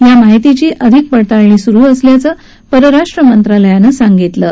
या माहितीची अधिक पडताळणी सुरू असल्याचं परराष्ट्र मंत्रालयानं सांगितलं आहे